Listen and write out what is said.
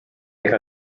iga